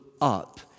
up